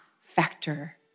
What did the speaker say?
factor